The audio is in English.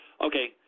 okay